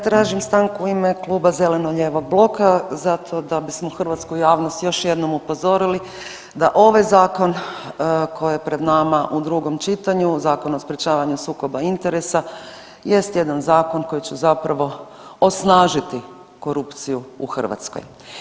Tražim stanku u ime Kluba zeleno-lijevog bloka zato da bismo hrvatsku javnost još jednom upozorili da ovaj zakon koji je pred nama u drugom čitanju, Zakon o sprječavanju sukoba interesa jest jedan zakon koji će zapravo osnažiti korupciju u Hrvatskoj.